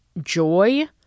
joy